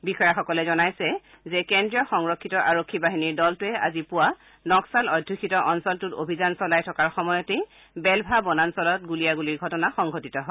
বিষয়াসকলে জনাইছে যে কেন্দ্ৰীয় ৰিজাৰ্ভ আৰক্ষী বাহিনীৰ দলটোৱে আজি পুবা নক্সাল অধ্যুষিত অঞ্চলটোত অভিযান চলাই থকাৰ সময়তে বেলভা বনাঞ্চলত গুলীয়াগুলী সংঘটিত হয়